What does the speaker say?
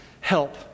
help